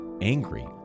angry